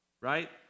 right